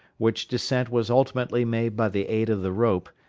which descent was ultimately made by the aid of the rope,